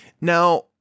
Now